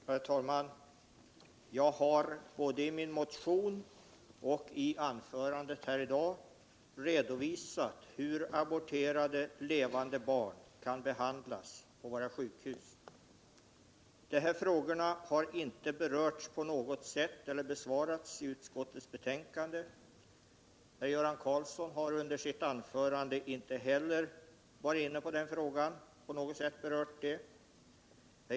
Herr talman! Jag har både i min motion och i anförandet här i dag redovisat hur aborterade levande barn kan behandlas på våra sjukhus. Den frågan har inte berörts på något sätt i utskottets betänkande. Inte heller har herr Göran Karlsson under sitt anförande på något sätt berört den.